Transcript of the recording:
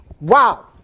Wow